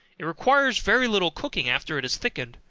it requires very little cooking after it is thickened,